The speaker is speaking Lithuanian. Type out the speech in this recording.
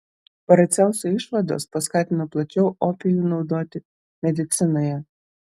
paracelso išvados paskatino plačiau opijų naudoti medicinoje